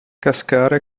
cascare